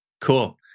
Cool